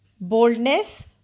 boldness